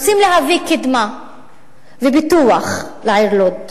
רוצים להביא קדמה ופיתוח לעיר לוד,